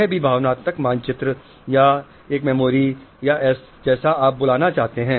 यह भी भावनात्मक मानचित्र या एक मेमोरी या जैसा आप बुलाना चाहते हैं